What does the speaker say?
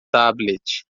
tablet